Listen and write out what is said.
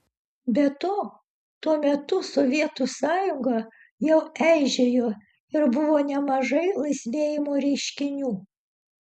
be to tuo metu sovietų sąjunga jau eižėjo ir buvo nemažai laisvėjimo reiškinių